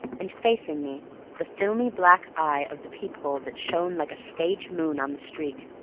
and facing me the filmy black eye of the peep-hole that shone like a stage moon on the street.